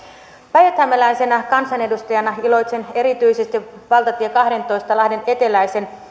päijäthämäläisenä kansanedustajana iloitsen erityisesti valtatie kahdentoista lahden eteläisen